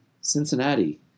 Cincinnati